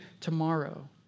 tomorrow